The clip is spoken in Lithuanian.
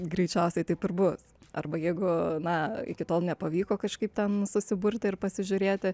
greičiausiai taip ir bus arba jeigu na iki tol nepavyko kažkaip ten susiburti ir pasižiūrėti